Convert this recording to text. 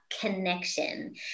Connection